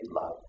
love